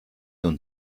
und